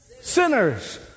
sinners